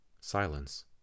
Silence